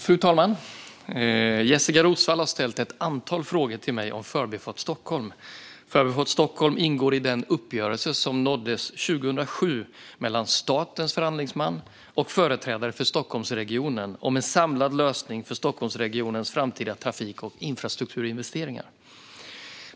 Fru talman! Jessika Roswall har ställt ett antal frågor till mig om Förbifart Stockholm. Förbifart Stockholm ingår i den uppgörelse som nåddes 2007 mellan statens förhandlingsman och företrädare för Stockholmsregionen om en samlad lösning för Stockholmsregionens framtida trafik och infrastrukturinvesteringar.